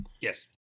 Yes